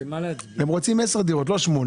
הוא אושר בקריאה טרומית בלבד ויש עוד שלוש קריאות,